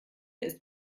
ist